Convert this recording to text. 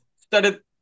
started